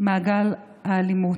מעגל האלימות.